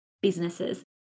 businesses